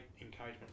encouragement